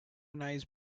nice